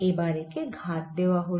এবার একে ঘাত দেওয়া হল